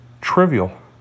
trivial